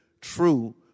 true